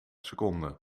seconde